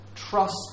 Trust